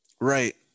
Right